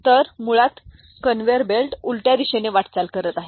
तर मुळात conveyor belt उलट दिशेने वाटचाल करत आहे